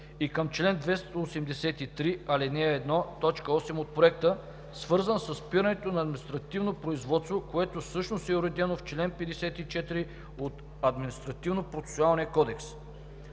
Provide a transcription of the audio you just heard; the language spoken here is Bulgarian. и към чл. 283, ал. 1, т. 8 от Проекта, свързани със спирането на административното производство, което всъщност е уредено в чл. 54 от Административнопроцесуалния кодекс.